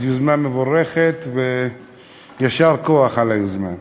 אז יוזמה מבורכת, ויישר כוח על היוזמה.